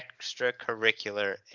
extracurricular